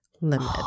limit